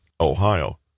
Ohio